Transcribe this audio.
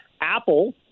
Apple